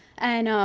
and